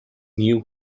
new